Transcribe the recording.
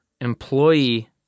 employee